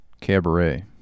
Cabaret